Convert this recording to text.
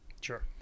sure